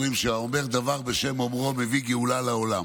אומרים שהאומר דבר בשם אומרו מביא גאולה לעולם,